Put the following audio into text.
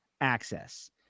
access